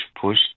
push